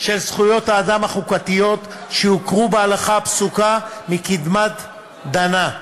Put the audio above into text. של זכויות האדם החוקתיות שהוכרו בהלכה הפסוקה מקדמת דנא".